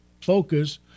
focus